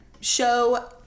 show